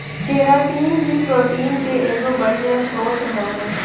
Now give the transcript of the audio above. keratin भी protein के एगो बढ़िया स्रोत हवे